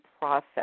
process